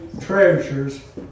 treasures